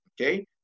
okay